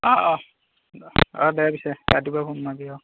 অ' অ' অ' দে পিছে ৰাতিপুৱাই ফোন মাৰিবি অ'